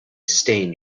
stain